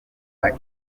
make